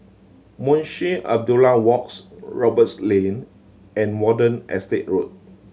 Munshi Abdullah Walks Roberts Lane and Watten Estate Road